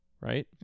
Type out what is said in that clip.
right